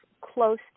close